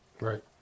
Right